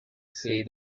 said